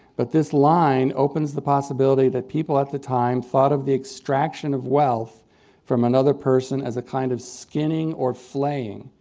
but this line opens the possibility that people at the time thought of the extraction of wealth from another person as a kind of skinning or flaying.